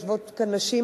יושבות כאן נשים,